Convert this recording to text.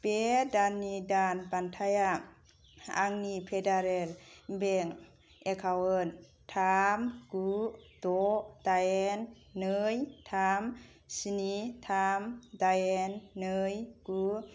बे दाननि दान बान्थाया आंनि पेडारेल बेंक' एकाउन्ट थाम गु द' दाइन नै थाम स्नि थाम दाइन नै गु